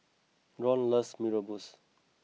Ron loves Mee Rebus